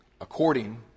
according